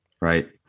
right